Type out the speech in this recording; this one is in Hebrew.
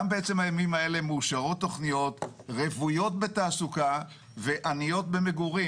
גם בעצם הימים האלה מאושרות תוכניות רוויות בתעסוקה ועניות במגורים.